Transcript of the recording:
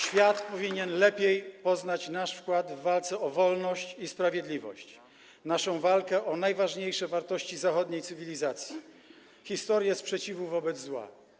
Świat powinien lepiej poznać nasz wkład w walkę o wolność i sprawiedliwość, naszą walkę o najważniejsze wartości zachodniej cywilizacji - historię sprzeciwu wobec zła.